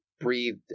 breathed